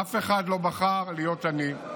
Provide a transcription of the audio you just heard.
אף אחד לא בחר להיות עני,